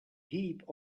heap